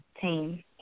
team